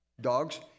dogs